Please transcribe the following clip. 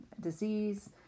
disease